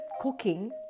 cooking